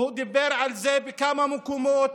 והוא דיבר על זה בכמה מקומות,